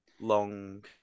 long